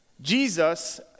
Jesus